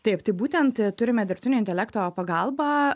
taip tai būtent turime dirbtinio intelekto pagalbą